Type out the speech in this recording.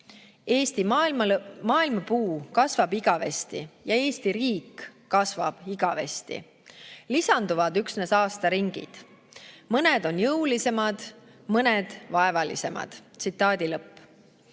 "Eesti maailmapuu kasvab igavesti ja Eesti riik kasvab igavesti. Lisanduvad üksnes aastaringid. Mõned on jõulisemad, mõned vaevalisemad." Ma ei tea,